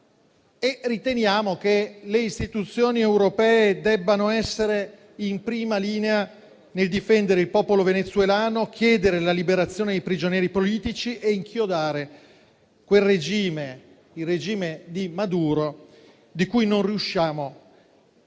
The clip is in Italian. Riteniamo che le istituzioni europee debbano essere in prima linea nel difendere il popolo venezuelano, nel chiedere la liberazione dei prigionieri politici e inchiodare il regime di Maduro - di cui non riusciamo a